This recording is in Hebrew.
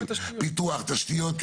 פיתוח תשתיות,